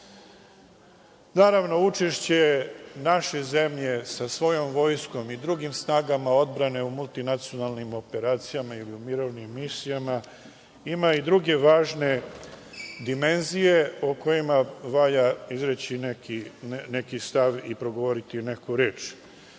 EU.Naravno, učešće naše zemlje sa svojom vojskom i drugim snagama odbrane u multinacionalnim operacijama i u mirovnim misijama ima i druge važne dimenzije o kojima valja izreći neki stav i progovoriti neku reč. Već